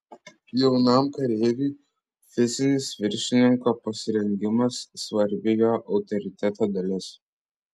jaunam kareiviui fizinis viršininko pasirengimas svarbi jo autoriteto dalis